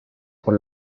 por